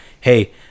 hey